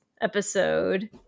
episode